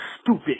stupid